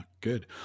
Good